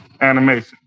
animation